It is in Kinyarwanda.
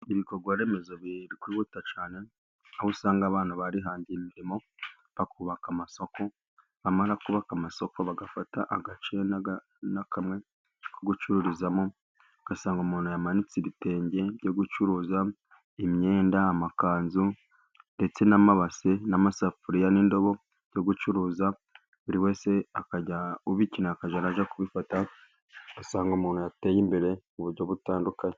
Ibikorwa remezo biri kwihuta cyane aho usanga abantu barihangiye imirimo bakubaka amasoko, bamara kubaka amasoko bagafata agace nka kamwe ko gucururizamo ugasanga umuntu yamanitse ibitenge byo gucuruza, imyenda, amakanzu ndetse n'amabase, n'amasafuriya n'indobo byo gucuruza ,buri wese akajya ubikeneye akajya arajya kubifata, ugasanga umuntu yateye imbere mu buryo butandukanye.